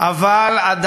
הלקח